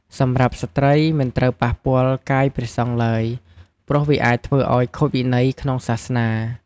សម្រាប់ស្ត្រី មិនត្រូវប៉ះពាល់កាយព្រះសង្ឃឡើយ ព្រោះវាអាចធ្វើឲ្យខូចវិន័យក្នុងសាសនា។